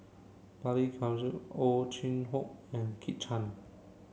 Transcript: Balli Kaur Ow Chin Hock and Kit Chan